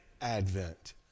advent